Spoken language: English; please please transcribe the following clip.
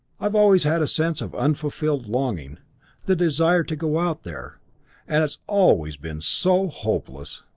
i've always had a sense of unfulfilled longing the desire to go out there and it's always been so hopeless.